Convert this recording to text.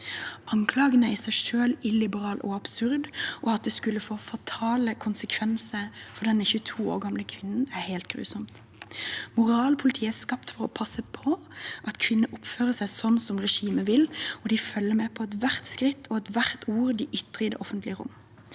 Anklagen er i seg selv illiberal og absurd, og at det skulle få fatale konsekvenser for denne 22 år gamle kvinnen, er helt grusomt. Moralpolitiet er skapt for å passe på at kvinner oppfører seg slik regimet vil, og de følger med på hvert skritt og hvert ord de ytrer i det offentlige rom.